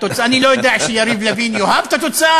אני לא יודע אם יריב לוין יאהב את התוצאה